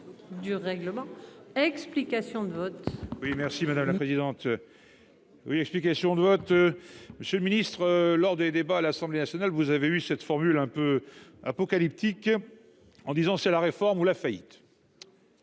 Explications de vote.